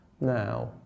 Now